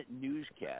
newscast